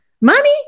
money